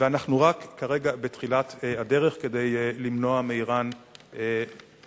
ואנחנו כרגע רק בתחילת הדרך כדי למנוע מאירן להתגרען.